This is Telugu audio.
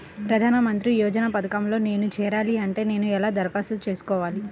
ప్రధాన మంత్రి యోజన పథకంలో నేను చేరాలి అంటే నేను ఎలా దరఖాస్తు చేసుకోవాలి?